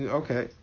okay